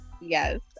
Yes